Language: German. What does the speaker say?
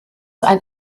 ein